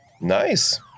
Nice